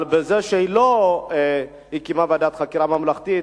אבל בזה שהיא לא הקימה ועדת חקירה ממלכתית,